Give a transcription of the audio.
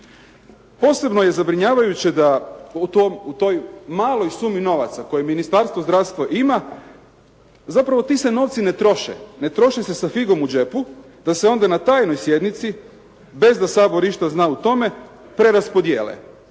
Posebno je zabrinjavajuće da u toj maloj sumi novaca koje Ministarstvo zdravstva ima zapravo ti se novci ne troše, ne troše se sa figom u džepu, da se onda na tajnoj sjednici bez da Sabor išta zna o tome preraspodijele.